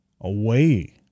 away